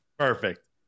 Perfect